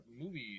movies